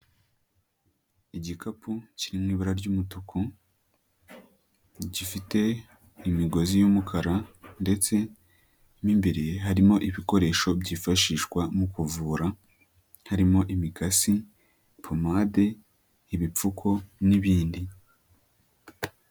Igikapu kirimo ibara ry'umutuku, gifite imigozi y'umukara, ndetse mu imbere harimo ibikoresho byifashishwa mu kuvura, harimo imikasi, pomade, ibipfuko n'ibindi.